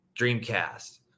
Dreamcast